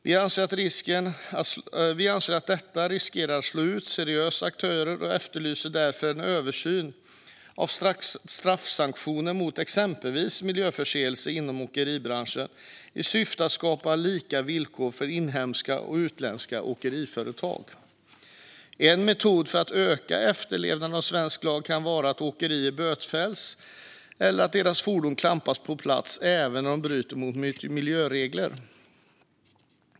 Vi anser att detta riskerar att slå ut seriösa aktörer och efterlyser därför en översyn av straffsanktionerna mot exempelvis miljöförseelser inom åkeribranschen, i syfte att skapa lika villkor för inhemska och utländska åkeriföretag. En metod för att öka efterlevnaden av svensk lag kan vara att åkerier bötfälls eller att deras fordon klampas på plats även när de bryter mot miljöregler.